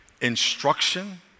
instruction